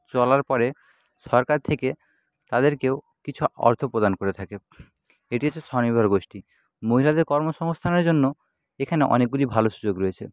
চলার পরে সরকার থেকে তাদেরকেও কিছু অর্থ প্রদান করে থাকে এটি হচ্ছে স্বনির্ভর গোষ্ঠী মহিলাদের কর্মসংস্থানের জন্য এখানে অনেকগুলি ভালো সুযোগ রয়েছে